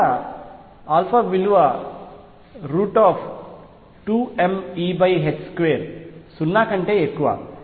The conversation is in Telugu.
ఎక్కడ విలువ √ 0 కంటే ఎక్కువ